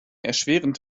erschwerend